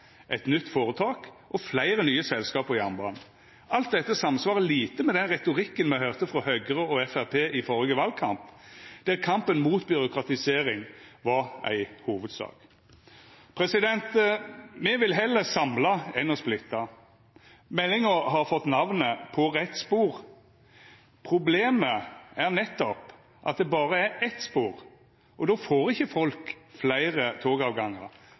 eit nytt føretak og fleire nye selskap på jernbanen. Alt dette samsvarar lite med den retorikken me høyrde frå Høgre og Framstegspartiet i førre valkamp, der kampen mot byråkratisering var ei hovudsak. Me vil heller samla enn å splitta. Meldinga har fått namnet På rett spor. Problemet er nettopp at det berre er eitt spor, og då får ikkje folk fleire togavgangar